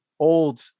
old